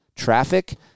traffic